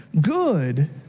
good